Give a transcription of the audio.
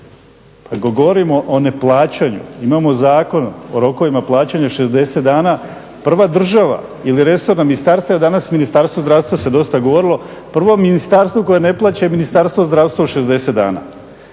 Pa ako govorimo o neplaćanju imamo Zakon o rokovima plaćanja 60 dana, prva država ili resorna ministarstva je danas Ministarstvo zdravstva se dosta govorilo prvo ministarstvo koje ne plaća je Ministarstvo zdravstva u 60 dana.